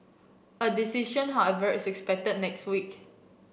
a decision however is expected next week